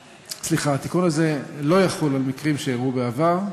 סליחה: התיקון הזה לא יחול על מקרים שקרו בעבר,